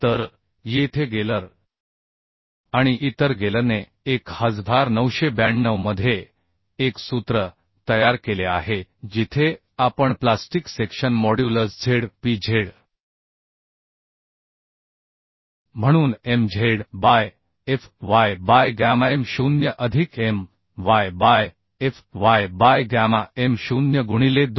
तर येथे गेलर आणि इतर गेलरने 1992 मध्ये एक सूत्र तयार केले आहे जिथे आपण प्लास्टिक सेक्शन मॉड्यूलस ZpZ म्हणून mz बाय Fy बाय गॅमाm 0 अधिक m y by Fy by gamma m 0 गुणिले 2